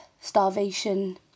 starvation